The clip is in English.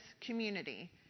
community